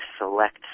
select